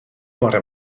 bore